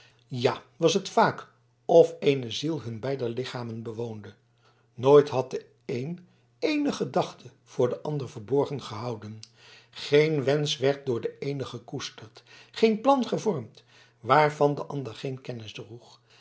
ja was het vaak of ééne ziel hun beider lichamen bewoonde nooit had de een ééne gedachte voor den ander verborgen gehouden geen wensch werd door den eenen gekoesterd geen plan gevormd waarvan de ander geen kennis droeg